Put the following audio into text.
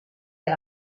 del